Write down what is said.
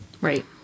Right